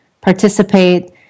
participate